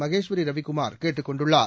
மகேஸ்வரி ரவிக்குமார் கேட்டுக் கொண்டுள்ளார்